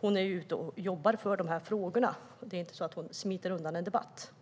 hon är ute och jobbar för de här frågorna. Det är inte så att hon smiter undan från en debatt.